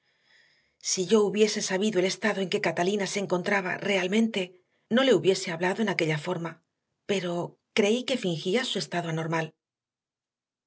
si yo hubiese sabido el estado en que catalina se encontraba realmente no le hubiese hablado en aquella forma pero creí que fingía su estado anormal